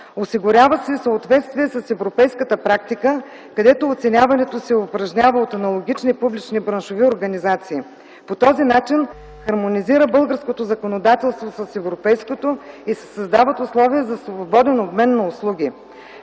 Осигуряват се съответствия с европейската практика, където оценяването се упражнява от аналогични публични браншови организации. По този начин се хармонизира българското законодателство с европейското и се създават условия за свободен обмен на услуги.